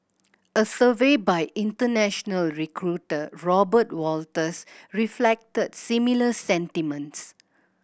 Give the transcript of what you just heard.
a survey by international recruiter Robert Walters reflected similar sentiments